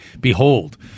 behold